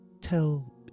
tell